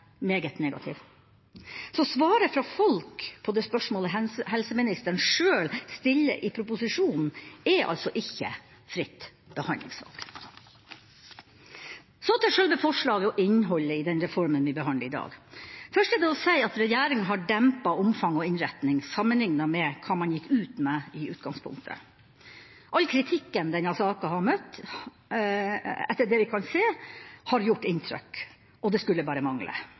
meget negative. Så svaret fra folk på det spørsmålet helseministeren sjøl stiller i proposisjonen, er altså ikke fritt behandlingsvalg. Så til sjølve forslaget og innholdet i den reformen vi behandler i dag. Først er det å si at regjeringa har dempet omfang og innretning, sammenlignet med hva man gikk ut med i utgangspunktet. All kritikken denne saka har møtt, har, etter det vi kan se, gjort inntrykk – og det skulle bare mangle.